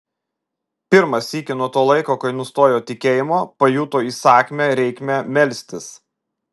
pirmą sykį nuo to laiko kai nustojo tikėjimo pajuto įsakmią reikmę melstis